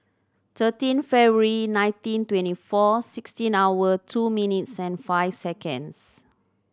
thirteen February nineteen twenty four sixteen hour two minutes and five seconds